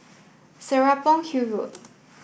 Serapong Hill Road